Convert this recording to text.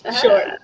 Sure